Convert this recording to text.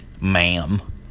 ma'am